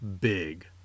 Big